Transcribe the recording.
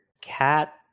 cat